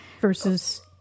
versus